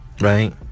right